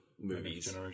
movies